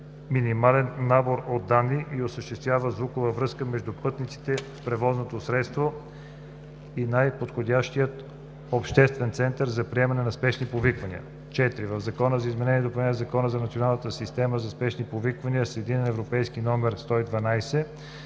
минимален набор от данни и осъществява звукова връзка между пътниците в превозното средство и най-подходящия обществен център за приемане на спешни повиквания.” 4. В Закона за изменение и допълнение на Закона за Националната система за спешни повиквания с единен